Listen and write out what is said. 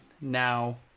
now